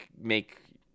make